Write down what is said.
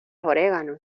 orégano